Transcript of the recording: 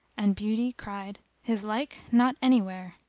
and beauty cried, his like? not anywhere!